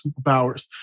superpowers